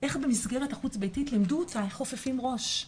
איך במסגרת החוץ ביתית לימדו אותה לחפוף את השיער